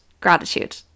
gratitude